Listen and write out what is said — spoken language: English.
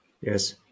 Yes